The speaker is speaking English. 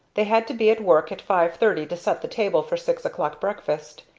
they had to be at work at five thirty to set the table for six o'clock breakfast,